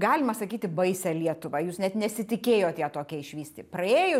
galima sakyti baisią lietuvą jūs net nesitikėjot ją tokią išvysti praėjus